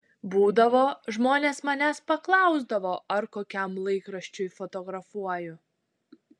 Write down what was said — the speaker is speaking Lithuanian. būdavo žmonės manęs paklausdavo ar kokiam laikraščiui fotografuoju